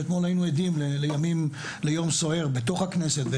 ואתמול היינו עדים ליום סוער בתוך הכנסת,